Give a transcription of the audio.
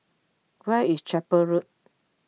where is Chapel Road